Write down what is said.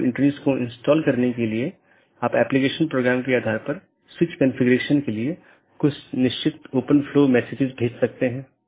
गैर संक्रमणीय में एक और वैकल्पिक है यह मान्यता प्राप्त नहीं है इस लिए इसे अनदेखा किया जा सकता है और दूसरी तरफ प्रेषित नहीं भी किया जा सकता है